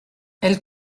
elle